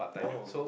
oh